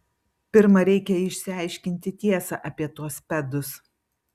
pirma reikia išsiaiškinti tiesą apie tuos pedus